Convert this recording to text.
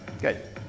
good